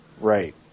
Right